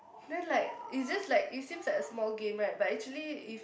then like it's just like it seems like a small game right but actually if